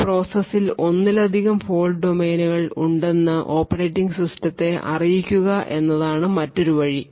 ഒരു പ്രോസസ്സിൽ ഒന്നിലധികം ഫോൾട് ഡൊമെയ്നുകൾ ഉണ്ടെന്ന് ഓപ്പറേറ്റിംഗ് സിസ്റ്റത്തെ അറിയിക്കുക എന്നതാണ് മറ്റൊരു വഴി